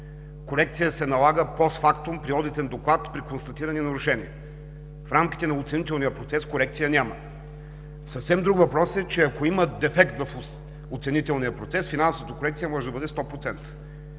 Корекция се налага постфактум при одитен доклад и при констатирани нарушения. В рамките на оценителния процес корекция няма. Друг въпрос е, че ако има дефект в оценителния процес, финансовата корекция може да бъде 100%.